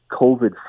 COVID